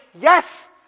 yes